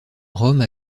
rome